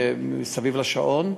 סביב השעון.